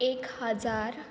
एक हजार